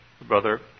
Brother